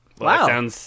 Wow